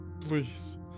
Please